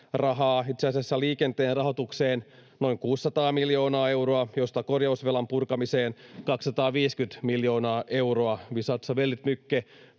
asiassa liikenteen rahoitukseen noin 600 miljoonaa euroa, josta korjausvelan purkamiseen 250 miljoonaa euroa.